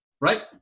right